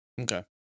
Okay